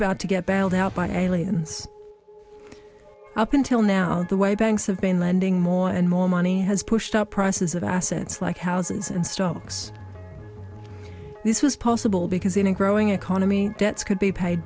about to get battled out by aliens up until now the way banks have been lending more and more money has pushed up prices of assets like houses and stocks this was possible because in a growing economy debts could be paid